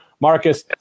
Marcus